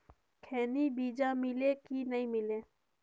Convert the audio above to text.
खैनी बिजा मिले कि नी मिले?